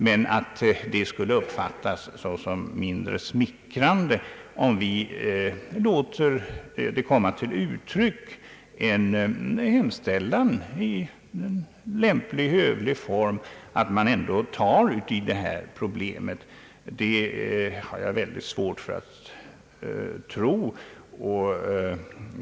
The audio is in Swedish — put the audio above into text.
Men att det skulle uppfattas såsom mindre smickrande om vi gör en hemställan i lämplig hövlig form att man tar upp detta problem till behandling har jag väldigt svårt att tro.